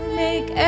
make